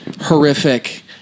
horrific